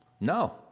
No